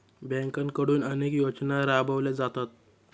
बँकांकडून अनेक योजना राबवल्या जातात